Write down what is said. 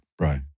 Right